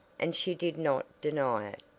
and she did not deny it.